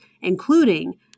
including